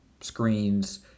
screens